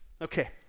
Okay